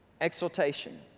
Exaltation